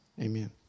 Amen